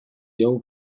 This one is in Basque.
diogu